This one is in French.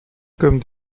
comme